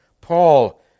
Paul